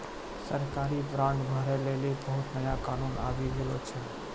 सरकारी बांड भरै लेली बहुते नया कानून आबि गेलो छै